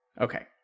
Okay